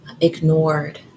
ignored